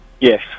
Yes